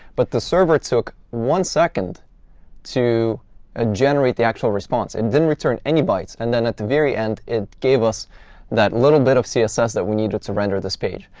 but the server took one second to ah generate the actual response. it didn't return any bytes. and then at the very end, it gave us that little bit of css that we needed to render this page.